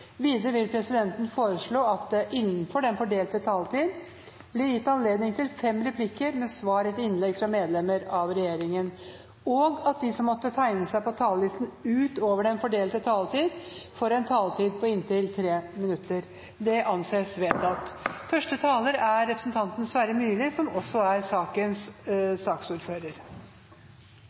Videre vil presidenten foreslå at det blir gitt anledning til fem replikker med svar etter innlegg fra medlemmer av regjeringen innenfor den fordelte taletid, og at de som måtte tegne seg på talerlisten utover den fordelte taletid, får en taletid på inntil 3 minutter. – Det anses vedtatt.